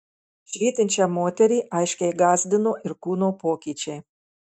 švytinčią moterį aiškiai gąsdino ir kūno pokyčiai